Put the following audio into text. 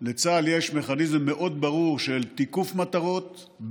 לצה"ל יש מכניזם מאוד ברור של תיקוף מטרות,